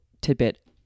tidbit